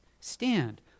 Stand